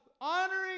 honoring